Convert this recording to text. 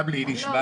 גם לי זה נשמע